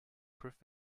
proof